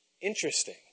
Interesting